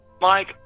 Mike